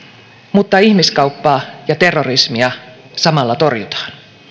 mutta ihmiskauppaa ja terrorismia samalla torjutaan